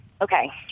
Okay